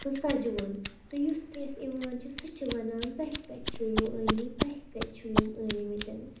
تہٕ سَجھوُن تہٕ یُس تہِ اَسہِ یِوان چھِ سُہ چھِ وَنان تۄہہِ کَتہِ چھُوٕ أنۍ مٕتۍ تۄہہِ کَتہِ چھُو یِم أنۍ مٕتٮ۪ن